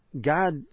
God